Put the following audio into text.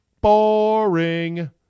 Boring